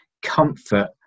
comfort